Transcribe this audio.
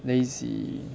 lazy